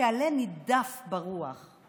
כעלה נידף ברוח.